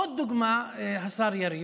עוד דוגמה, השר יריב,